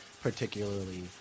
particularly